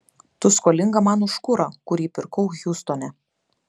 tu skolinga man už kurą kurį pirkau hjustone